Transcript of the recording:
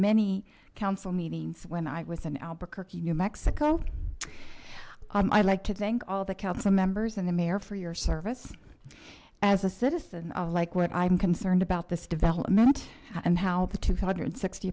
many council meetings when i was in albuquerque new mexico i'd like to thank all the council members and the mayor for your service as a citizen like what i'm concerned about this development and how the two hundred sixty